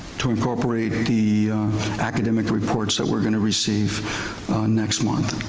to incorporate the academic reports that we're gonna receive next month.